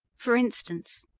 for instance,